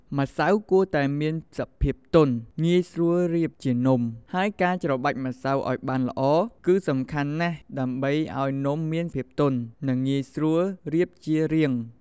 ម្សៅគួរតែមានសភាពទន់ ងាយស្រួលរៀបជានំ ហើយការច្របាច់ម្សៅឲ្យបានល្អ គឺសំខាន់ណាស់ដើម្បីឲ្យនំមានភាពទន់ និងងាយស្រួលរៀបជារាង។